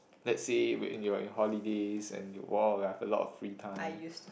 let's say we in you're in holidays and oh you have a lot of free time